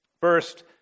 First